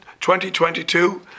2022